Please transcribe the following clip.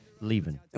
Leaving